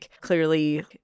clearly